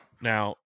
Now